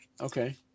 Okay